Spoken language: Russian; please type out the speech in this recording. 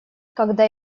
когда